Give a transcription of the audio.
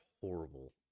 horrible